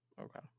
Okay